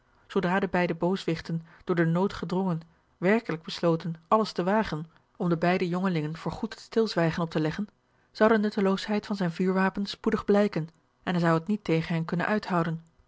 zoodra de beide booswichten door den nood gedrongen werkelijk besloten alles te wagen om den beiden jongelingen voor goed het stilzwijgen op te leggen zou de nutteloosheid van zijn vuurwapen spoedig blijken en hij zou het niet tegen hen kunnen uithouden